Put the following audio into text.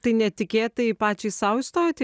tai netikėtai pačiai sau įstojot į